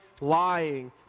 lying